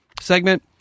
segment